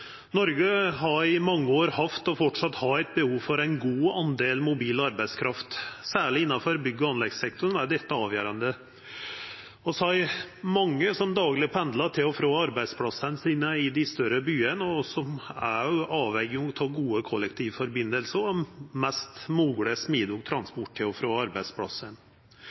Noreg har i mange år hatt og har framleis eit behov for ein god del mobil arbeidskraft. Særleg innanfor bygg- og anleggssektoren er dette avgjerande. Vi er mange som dagleg pendlar til og frå arbeidsplassane våre i dei større byane, og som er avhengige av gode kollektivsamband og mest mogleg smidig transport til og frå arbeidsplassen.